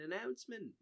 announcement